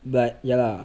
but ya lah